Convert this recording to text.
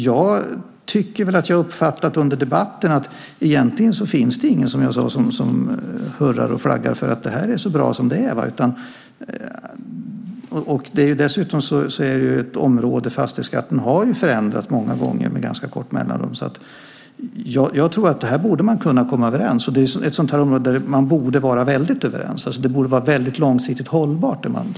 Jag tycker att jag under debatten har uppfattat att det egentligen inte finns någon som hurrar för att det här är bra som det är. Dessutom har fastighetsskatten förändrats många gånger med ganska korta mellanrum. Jag tror att man borde kunna komma överens. Det är ett område där man borde vara väldigt överens. Det man kommer fram till borde vara långsiktigt hållbart.